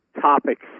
topics